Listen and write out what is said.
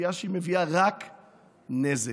כפייה שמביאה רק נזק.